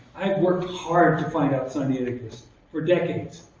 i've worked hard to find out sinaiticus, for decades.